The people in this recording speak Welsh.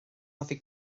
hoffi